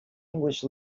english